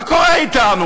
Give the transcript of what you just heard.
מה קורה אתנו?